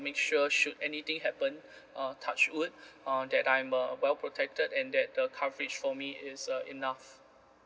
make sure should anything happen uh touch wood uh that I'm uh well protected and that uh coverage for me is uh enough